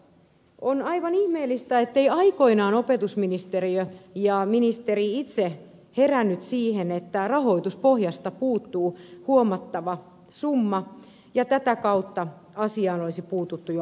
on aivan ihmeellistä etteivät aikoinaan opetusministeriö ja ministeri itse heränneet siihen että rahoituspohjasta puuttuu huomattava summa ja tätä kautta asiaan olisi puututtu jo ajoissa